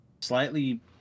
slightly